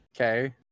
Okay